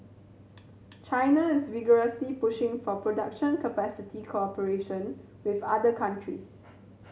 China is vigorously pushing for production capacity cooperation with other countries